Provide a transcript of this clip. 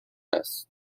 است